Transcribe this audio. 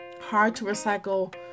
hard-to-recycle